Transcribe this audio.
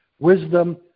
wisdom